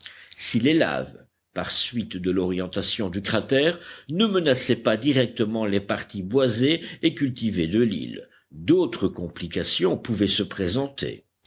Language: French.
si les laves par suite de l'orientation du cratère ne menaçaient pas directement les parties boisées et cultivées de l'île d'autres complications pouvaient se présenter